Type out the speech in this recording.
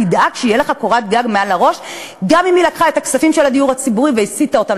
התחיל בהעלאה הדרגתית של הסיוע בשכר דירה.